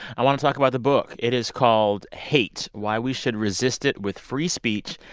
i want to talk about the book. it is called hate why we should resist it with free speech,